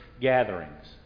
gatherings